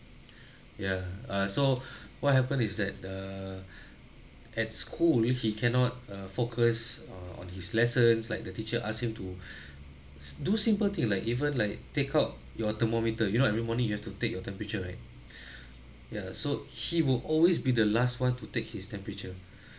ya ah so what happened is that the at school he cannot uh focus on on his lessons like the teacher ask him to s~ do simple thing like even like take out your thermometer you know every morning you have to take your temperature right ya so he will always be the last one to take his temperature